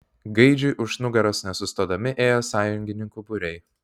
gaidžiui už nugaros nesustodami ėjo sąjungininkų būriai